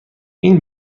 این